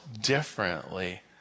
differently